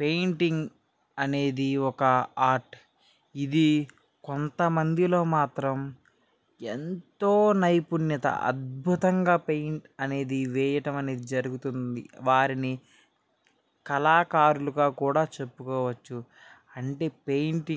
painting అనేది ఒక art ఇది కొంతమందిలో మాత్రం ఎంతో నైపుణ్యత అద్భుతంగా పెయింట్ అనేది వేయడం అనేది జరుగుతుంది వారిని కళాకారులుగా కూడా చెప్పుకోవచ్చు అంటే పెయింటింగ్